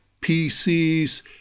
pcs